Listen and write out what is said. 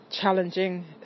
challenging